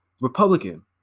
Republican